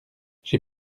j’ai